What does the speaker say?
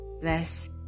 bless